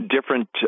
different